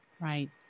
Right